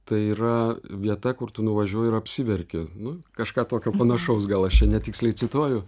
tai yra vieta kur tu nuvažiuoji ir apsiverki nu kažką tokio panašaus gal aš čia netiksliai cituoju